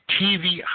TV